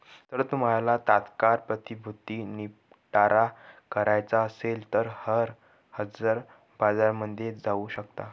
जर तुम्हाला तात्काळ प्रतिभूती निपटारा करायचा असेल तर हजर बाजारामध्ये जाऊ शकता